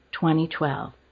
2012